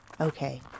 Okay